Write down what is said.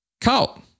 cult